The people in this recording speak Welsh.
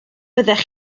byddech